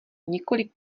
několik